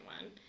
one